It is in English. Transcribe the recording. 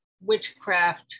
witchcraft